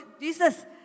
Jesus